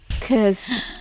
Cause